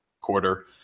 quarter